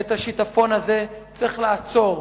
ואת השיטפון הזה צריך לעצור,